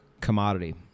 commodity